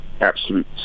absolute